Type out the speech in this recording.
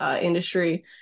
industry